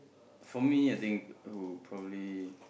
for me I think would probably